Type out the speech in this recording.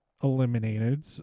eliminated